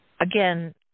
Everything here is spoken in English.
Again